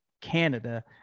Canada